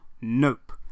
Nope